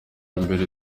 mbere